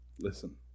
Listen